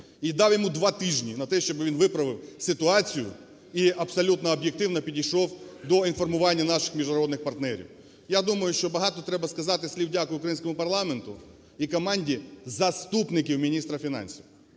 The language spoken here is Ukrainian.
і дав йому два тижні на те, щоби він виправив ситуацію і абсолютно об'єктивно підійшов до інформування наших міжнародних партнерів. Я думаю, що багато треба сказати слів "дякую" українському парламенту і команді заступників міністра фінансів,